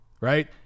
right